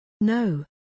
No